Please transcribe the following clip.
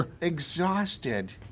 Exhausted